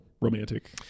romantic